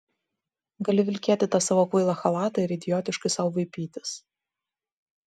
gali vilkėti tą savo kvailą chalatą ir idiotiškai sau vaipytis